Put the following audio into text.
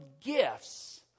gifts